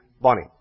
Bonnie